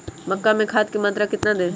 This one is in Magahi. मक्का में खाद की मात्रा कितना दे?